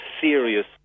serious